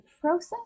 process